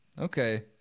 okay